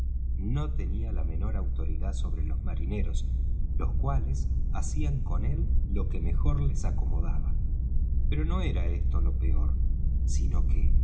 no tenía la menor autoridad sobre los marineros los cuales hacían con él lo que mejor les acomodaba pero no era esto lo peor sino que